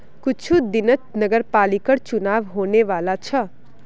कुछू दिनत नगरपालिकर चुनाव होने वाला छ